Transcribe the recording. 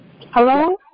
Hello